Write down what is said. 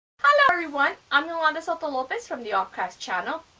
hello everyone i'm yolanda soto lopez from the all crafts channel.